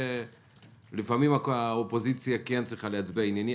לפעמים האופוזיציה צריכה להצביע עניינית,